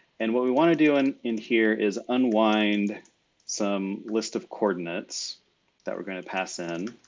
and what we wanna do and in here is unwind some list of coordinates that we're gonna pass in.